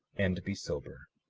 and be sober.